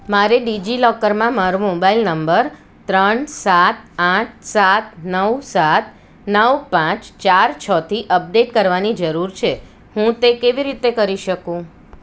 મારે ડિજિલોકરમાં મારો મોબાઇલ નંબર ત્રણ સાત આઠ સાત નવ સાત નવ પાંચ ચાર છથી અપડેટ કરવાની જરૂર છે હું તે કેવી રીતે કરી શકું